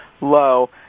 low